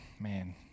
man